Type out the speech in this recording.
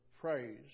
phrase